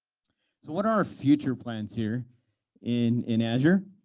so what are our future plans here in in azure?